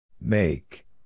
Make